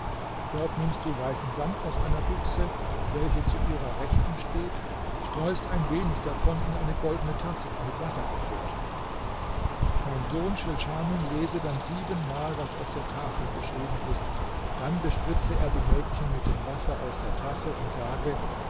dort nimmst du weißen sand aus einer büchse welche zu ihrer rechten steht streust ein wenig davon in eine goldene tasse mit wasser gefüllt mein sohn schilschanum lese dann siebenmal was auf der tafel geschrieben ist dann bespritze er die mädchen mit dem wasser aus der tasse und sage